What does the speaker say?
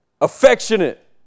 affectionate